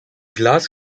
glass